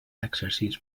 exercir